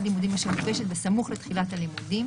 לימודים אשר מוגשת בסמוך לתחילת הלימודים."